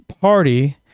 party